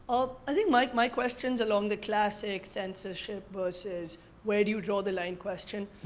um i think like my question's along the classic censorship versus where do you draw the line question.